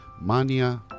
Mania